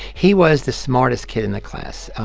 he was the smartest kid in the class.